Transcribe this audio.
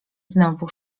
znowu